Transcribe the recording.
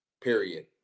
Period